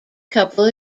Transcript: couple